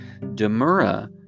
Demura